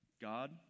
God